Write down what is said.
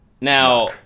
Now